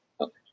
okay